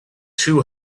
too